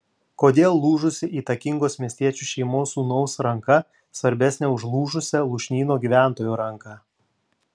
kodėl lūžusi įtakingos miestiečių šeimos sūnaus ranka svarbesnė už lūžusią lūšnyno gyventojo ranką